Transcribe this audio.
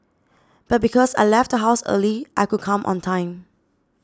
but because I left the house early I could come on time